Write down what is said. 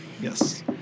Yes